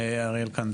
אריאל קנדל,